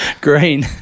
Green